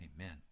Amen